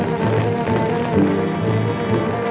or